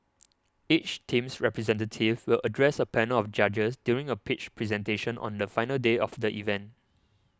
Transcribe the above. each team's representative will address a panel of judges during a pitch presentation on the final day of the event